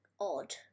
odd